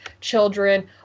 children